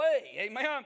Amen